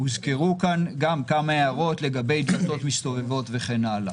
הוזכרו כאן גם כמה הערות לגבי דלתות מסתובבות וכן הלאה.